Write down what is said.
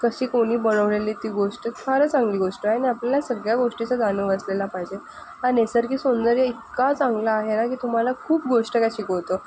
कशी कोणी बनवलेली ती गोष्ट फार चांगली गोष्ट आहे न आपल्याला सगळ्या गोष्टीचा जाणीव असलेला पाहिजे हा नैसर्गिक सौंदर्य इतका चांगला आहे ना की तुम्हाला खूप गोष्ट काही शिकवतो